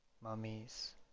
mummies